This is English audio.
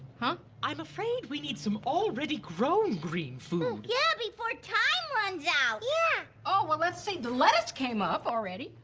huh? i'm afraid we need some already-grown green food. mm. yeah, before time runs out. yeah! oh, well, let's see, the lettuce came up already.